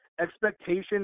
Expectation